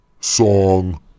song